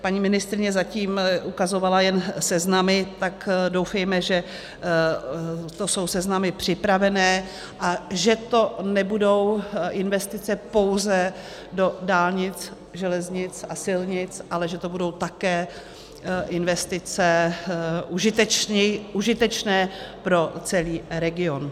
Paní ministryně zatím ukazovala jen seznamy, tak doufejme, že to jsou seznamy připravené a že to nebudou investice pouze do dálnic, železnic a silnic, ale že to budou také investice užitečné pro celý region.